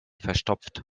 verstopft